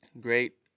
Great